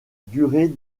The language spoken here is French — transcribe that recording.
durée